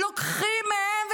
לוקחים מהם.